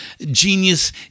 genius